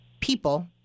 people